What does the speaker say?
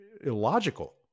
illogical